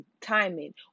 timing